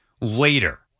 later